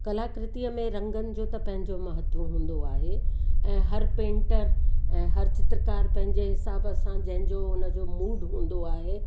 कलाकृतीअ में रंगनि जो त पंहिंजो महत्व हूंदो आहे ऐं हर पेंट ऐं हर चित्रकार पंहिंजे हिसाब सां जंहिंजो हुन जो मूड हूंदो आहे